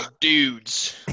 dudes